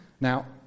Now